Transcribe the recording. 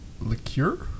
liqueur